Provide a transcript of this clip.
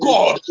God